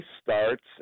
starts